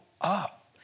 up